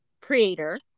creator